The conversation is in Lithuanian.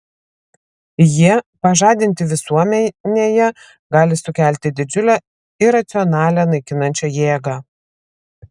jie pažadinti visuomenėje gali sukelti didžiulę iracionalią naikinančią jėgą